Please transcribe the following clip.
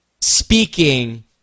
speaking